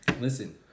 Listen